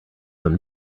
them